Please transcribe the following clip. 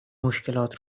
مشکلات